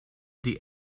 die